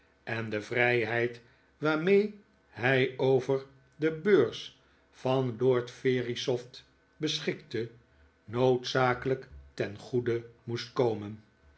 en de vrijheid waarmee hij over de beurs van lord verisopht beschikte noodzakelijk ten goede moest komen